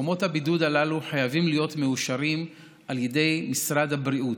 מקומות הבידוד הללו חייבים להיות מאושרים על ידי משרד הבריאות,